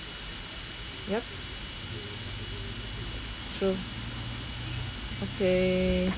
yup true okay